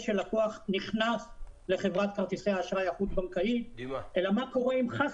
שלקוח נכנס לחברת כרטיסי האשראי החוץ בנקאית אלא מה קורה אם חס